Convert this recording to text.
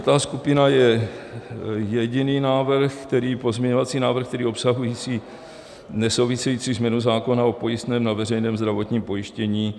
Čtvrtá skupina je jediný návrh, pozměňovací návrh obsahující nesouvisející změnu zákona o pojistném na veřejném zdravotním pojištění.